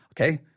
okay